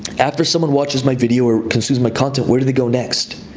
after someone watches my video or consumes my content, where do they go next?